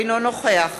אינו נוכח